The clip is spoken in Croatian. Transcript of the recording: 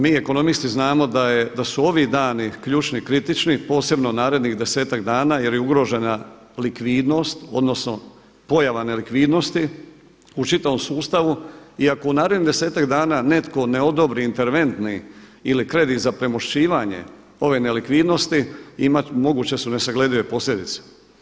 Mi ekonomisti znamo da su ovi dani ključni, kritični, posebno narednih desetak dana jer je ugrožena likvidnost odnosno pojava nelikvidnosti u čitavom sustavu i ako u narednih desetak dana netko ne odobri interventni ili kredit za premošćivanje ove nelikvidnosti, moguće su nesagledive posljedice.